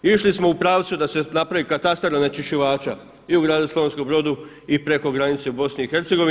Išli smo u pravcu da se napravi katastar onečišćivača i u gradu Slavonskom Brodu i preko granice u BiH.